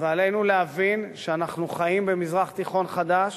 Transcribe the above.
ועלינו להבין שאנחנו חיים במזרח תיכון חדש